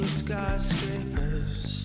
skyscrapers